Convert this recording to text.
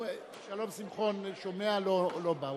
שלום שמחון שומע, לא בא.